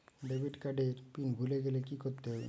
Debit card এর PIN ভুলে গেলে কি করতে হবে?